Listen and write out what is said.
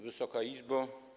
Wysoka Izbo!